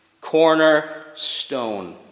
cornerstone